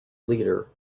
leader